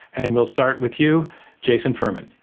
and we'll start with you jason furman.